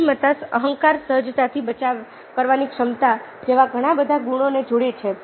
બુદ્ધિમત્તા અહંકાર સહજતાથી બચાવ કરવાની ક્ષમતા જેવા ઘણા બધા ગુણોને જોડે છે